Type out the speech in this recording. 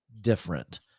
different